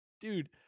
dude